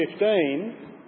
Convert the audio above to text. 2015